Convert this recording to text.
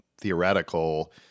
theoretical